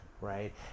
Right